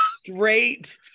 straight